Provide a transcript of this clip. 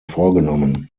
vorgenommen